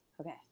okay